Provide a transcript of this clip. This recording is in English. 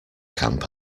camp